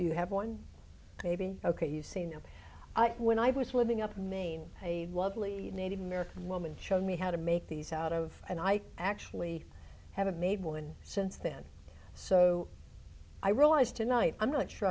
do you have one maybe ok you say no when i was living up in maine a lovely native american woman showed me how to make these out of and i actually haven't made one since then so i realized tonight i'm not sure